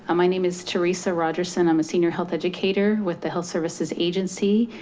ah my name is teresa rogers and i'm a senior health educator with the health services agency.